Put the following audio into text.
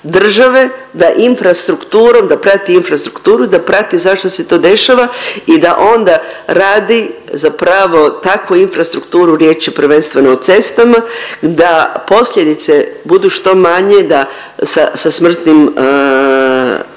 da prati infrastrukturu i da prati zašto se to dešava i da onda radi zapravo takvu infrastrukturu, riječ je prvenstveno o cestama, da posljedice budu što manje da sa smrtnim slučajem.